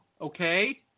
okay